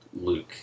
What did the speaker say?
Luke